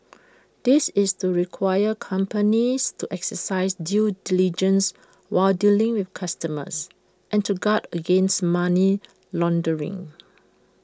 this is to require companies to exercise due diligence while dealing with customers and to guard against money laundering